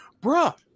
bruh